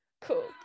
cool